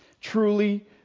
Truly